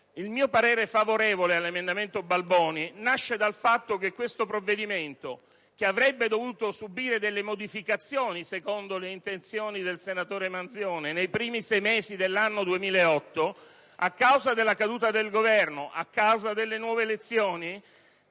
il mio parere favorevole all'emendamento Balboni nasce dal fatto che l'attuazione di questo provvedimento - che avrebbe dovuto subire delle modificazioni secondo le intenzioni del senatore Manzione nei primi sei mesi dell'anno 2008 - a causa della caduta del Governo e delle nuove elezioni